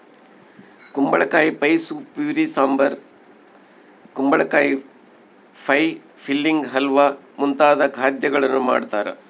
ಕುಂಬಳಕಾಯಿ pie soup puree sambar ಕುಂಬಳಕಾಯಿ pie filling halwa ಮುಂತಾದ ಖಾದ್ಯಗಳನ್ನು ಮಾಡ್ತಾರ